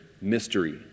mystery